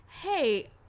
hey